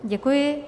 Děkuji.